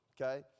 okay